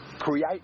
create